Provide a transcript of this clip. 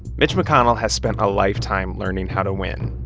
mitch mcconnell has spent a lifetime learning how to win.